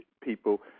people